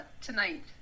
tonight